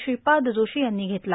श्रीपाद जोशी यांनी घेतला